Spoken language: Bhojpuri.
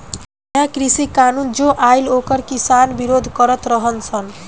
नया कृषि कानून जो आइल ओकर किसान विरोध करत रह सन